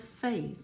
faith